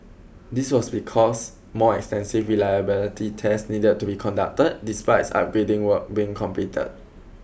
this was because more extensive reliability tests needed to be conducted despite upgrading work being complete